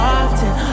often